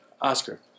Oscar